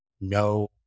no